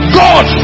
god